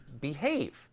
Behave